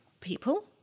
people